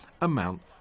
amount